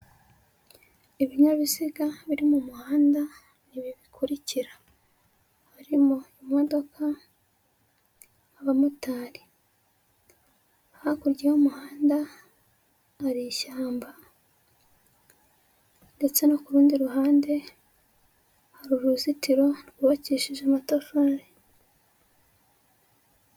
Ibinyabiziga biri mu muhanda ni ibi bikurikira; harimo imodoka, abamotari, hakurya y'umuhanda hari ishyamba ndetse no ku rundi ruhande hari uruzitiro rwubakishije amatafari.